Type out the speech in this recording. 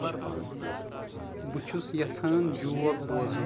بہٕ چھُس یژھان جوک بوزُن